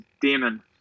demon